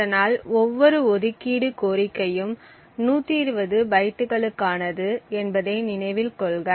அதனால் ஒவ்வொரு ஒதுக்கீடு கோரிக்கையும் 120 பைட்டுகளுக்கானது என்பதை நினைவில் கொள்க